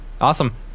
awesome